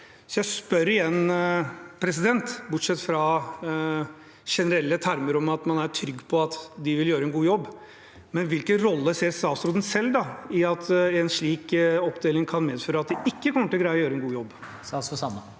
Jeg spør igjen: Bortsett fra generelle termer om at man er trygg på at de vil gjøre en god jobb, ser statsråden selv at en slik oppdeling kan medføre at de ikke kommer til å greie å gjøre en god jobb?